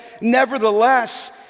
nevertheless